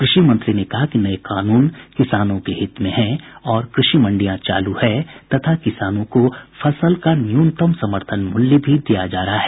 कृषि मंत्री ने कहा कि नये कानून किसानों के हित में हैं और कृषि मंडियां चालू है तथा किसानों को फसल का न्यूनतम समर्थन मूल्य भी दिया जा रहा है